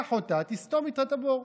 קח אותה, תסתום איתה את הבור.